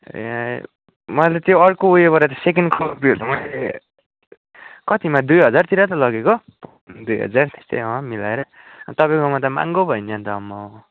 ए मैले अर्को त्यो ऊ योबाट त सेकेन्ड कपीहरू त मैले कतिमा दुई हजारतिर त लगेको दुई हजार त्यहाँ अँ मिलाएर तपाईँकोमा त महँगो भयो नि अन्त आम्मा हो